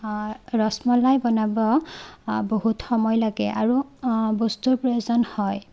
ৰসমলাই বনাব বহুত সময় লাগে আৰু বস্তুৰ প্ৰয়োজন হয়